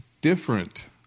different